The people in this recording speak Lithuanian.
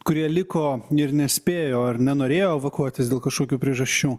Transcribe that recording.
kurie liko ir nespėjo ar nenorėjo evakuotis dėl kažkokių priežasčių